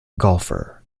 golfer